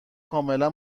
کاملا